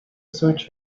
switch